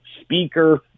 speaker